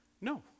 No